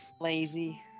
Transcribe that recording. Lazy